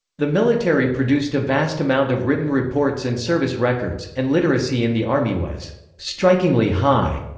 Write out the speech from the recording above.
the military produced a vast amount of written reports and service records, and literacy in the army was strikingly high.